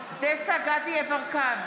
דסטה גדי יברקן,